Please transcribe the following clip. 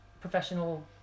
professional